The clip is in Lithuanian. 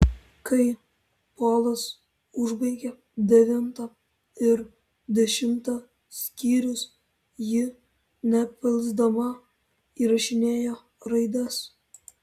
kai polas užbaigė devintą ir dešimtą skyrius ji nepailsdama įrašinėjo raides